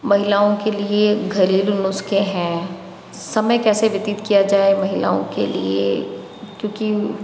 महिलाओं के लिए घरेलू नुस्खे हैं समय कैसे व्यतीत किया जाए महिलाओं के लिए क्योंकि